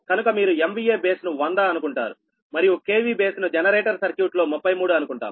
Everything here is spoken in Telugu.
కనుక మీరు MVA బేస్ ను 100 అనుకుంటారు మరియు KV బేస్ ను జనరేటర్ సర్క్యూట్లో 33 అనుకుంటాము